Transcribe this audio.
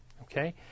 Okay